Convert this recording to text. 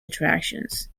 attractions